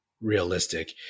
realistic